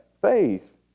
faith